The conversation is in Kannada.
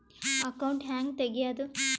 ಅಕೌಂಟ್ ಹ್ಯಾಂಗ ತೆಗ್ಯಾದು?